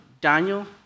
Daniel